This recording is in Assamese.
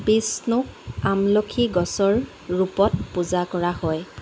বিষ্ণুক আমলখি গছৰ ৰূপত পূজা কৰা হয়